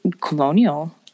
colonial